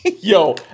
Yo